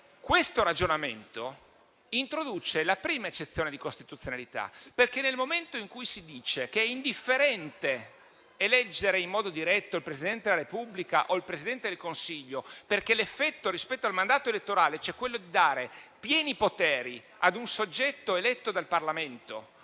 Questo ragionamento introduce la prima eccezione di costituzionalità: dire che è indifferente eleggere in modo diretto il Presidente della Repubblica o il Presidente del Consiglio, perché è l'effetto rispetto al mandato elettorale quello di dare pieni poteri a un soggetto eletto dal Parlamento